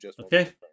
Okay